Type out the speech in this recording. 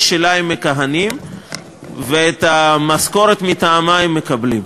שלה הם מכהנים ואת המשכורת מטעמה הם מקבלים.